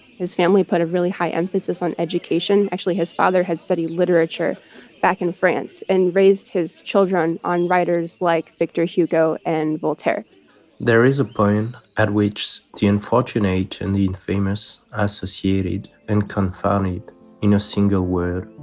his family put a really high emphasis on education. actually, his father has studied literature back in france and raised his children on writers like victor hugo and voltaire there is a point at which the unfortunate and the infamous are associated and confounded in a single word,